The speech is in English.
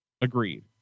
agreed